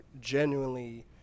genuinely